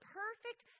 perfect